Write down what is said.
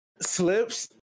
slips